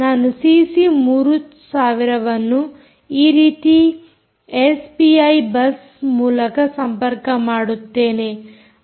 ನಾನು ಸಿಸಿ 3000 ಅನ್ನು ಈ ರೀತಿ ಎಸ್ಪಿಐ ಬಸ್ ಮೂಲಕ ಸಂಪರ್ಕ ಮಾಡುತ್ತೇನೆ